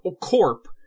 Corp